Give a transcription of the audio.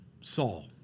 Saul